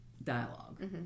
dialogue